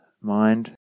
mind